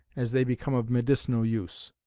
as they become of medicinal use.